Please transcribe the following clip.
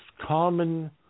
common